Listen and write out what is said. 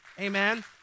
Amen